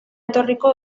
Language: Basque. etorriko